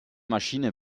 maschine